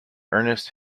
ernest